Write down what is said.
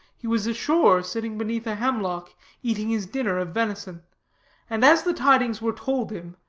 he was ashore sitting beneath a hemlock eating his dinner of venison and as the tidings were told him,